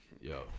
yo